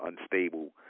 unstable